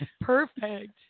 perfect